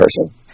person